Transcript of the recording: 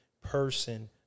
person